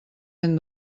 ben